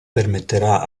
permetterà